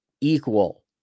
equal